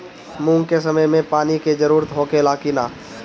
मूंग के समय मे पानी के जरूरत होखे ला कि ना?